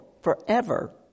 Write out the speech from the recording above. forever